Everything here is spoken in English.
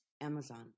Amazon